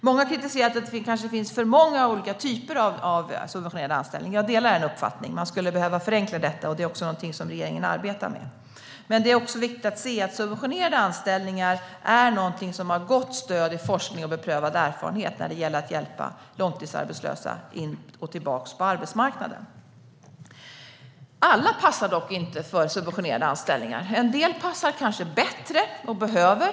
Många har kritiserat att det kanske finns för många olika typer av subventionerade anställningar. Jag delar den uppfattningen. Man skulle behöva förenkla detta, och det är också något som regeringen arbetar med. Men det är också viktigt att se att subventionerade anställningar är något som har gott stöd i forskning och beprövad erfarenhet när det gäller att hjälpa långtidsarbetslösa tillbaka in på arbetsmarknaden. Alla passar dock inte för subventionerade anställningar. För en del passar kanske arbetsträning bättre.